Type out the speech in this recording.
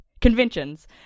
conventions